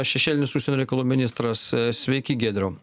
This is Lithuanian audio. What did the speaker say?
šešėlinis užsienio reikalų ministras sveiki giedriau